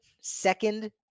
second